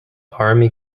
army